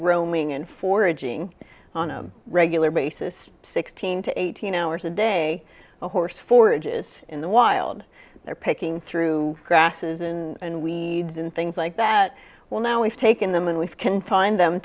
roaming and foraging on a regular basis sixteen to eighteen hours a day a horse forage is in the wild they're picking through grasses and we and things like that well now we've taken them and we've confined them